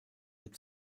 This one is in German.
mit